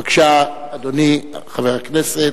בבקשה, אדוני חבר הכנסת.